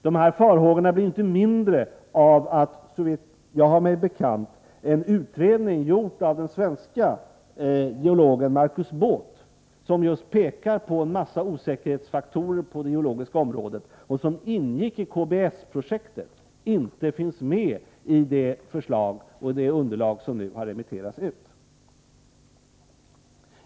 De farhågorna blir inte mindre av att, såvitt jag har mig bekant, en utredning gjord av den svenske geologen Markus Båth som pekar på en massa osäkerhetsfaktorer på det geologiska området och som ingick i KBS-projektet inte finns med i det underlag som nu remitterats.